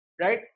right